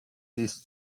dies